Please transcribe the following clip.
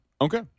Okay